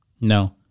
No